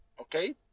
okay